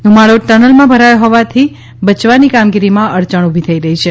ધુમાડો ટનલમાં ભરાયો હોવાથી બચાવ કામગીરીમાં અડચણ ઉભી થઈ રહી છે